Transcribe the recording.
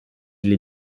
les